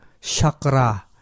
Shakra